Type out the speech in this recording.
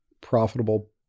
profitable